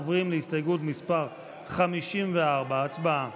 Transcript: עוברים להסתייגות מס' 54, הצבעה.